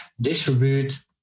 distribute